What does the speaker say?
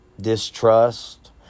distrust